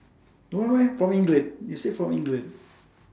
why why from england you said from england